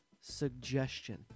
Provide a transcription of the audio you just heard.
suggestion